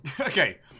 Okay